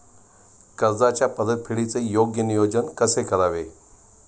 कर्जाच्या परतफेडीचे योग्य नियोजन कसे करावे?